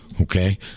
okay